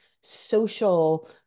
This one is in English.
social